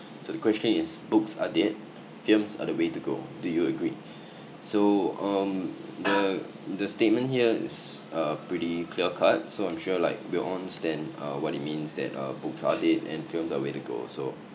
so the question is books are dead films are the way to go do you agree so um the the statement here is uh pretty clear cut so I'm sure like we all understand uh what it means that uh books are dead and films are the way to go so